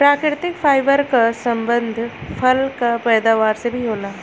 प्राकृतिक फाइबर क संबंध फल क पैदावार से भी होला